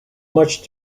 much